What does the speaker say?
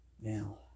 Now